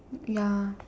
ya